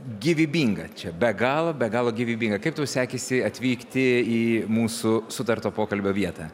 gyvybinga čia be galo be galo gyvybinga kaip sekėsi atvykti į mūsų sutarto pokalbio vietą